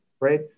right